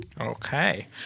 Okay